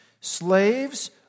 Slaves